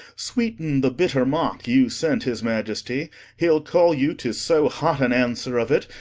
sweeten the bitter mock you sent his maiestie hee'le call you to so hot an answer of it,